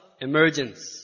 Emergence